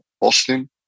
Austin